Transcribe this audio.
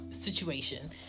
situation